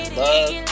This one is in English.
love